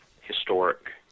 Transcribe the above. historic